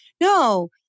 No